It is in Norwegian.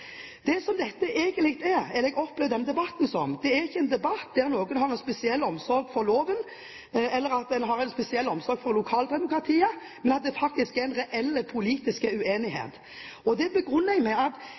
jeg opplever med denne debatten, er at det ikke er noen som har en spesiell omsorg for loven, eller at en har en spesiell omsorg for lokaldemokratiet, men at det faktisk er en reell politisk uenighet. Det begrunner jeg med at